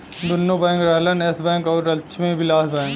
दुन्नो बैंक रहलन Yes Bank अउर लक्ष्मी विलास बैंक